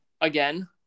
Again